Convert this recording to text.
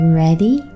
ready